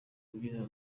rubyiniro